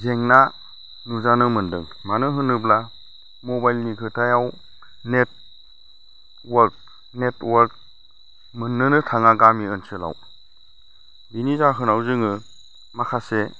जेंना नुजानो मोनदों मानो होनोब्ला मबाइलनि खोथायाव नेटवर्क मोननोनो थाङा गामि ओनसोलाव बेनि जाहोनाव जोङो माखासे